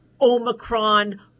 Omicron